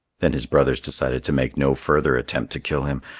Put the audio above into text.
then his brothers decided to make no further attempt to kill him,